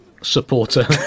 supporter